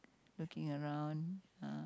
looking around